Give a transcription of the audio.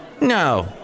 no